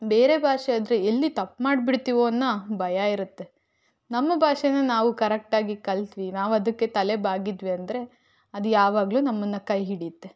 ಬೇರೆ ಭಾಷೆಯಾದರೆ ಎಲ್ಲಿ ತಪ್ಪು ಮಾಡ್ಬಿಡ್ತೀವನ್ನೊ ಭಯ ಇರತ್ತೆ ನಮ್ಮ ಭಾಷೆನ ನಾವು ಕರೆಕ್ಟ್ ಆಗಿ ಕಲ್ತ್ವಿ ನಾವು ಅದಕ್ಕೆ ತಲೆಬಾಗಿದ್ವಿ ಅಂದರೆ ಅದು ಯಾವಾಗಲೂ ನಮ್ಮನ್ನು ಕೈ ಹಿಡಿಯತ್ತೆ